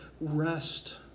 rest